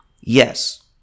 Yes